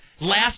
last